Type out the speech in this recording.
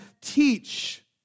teach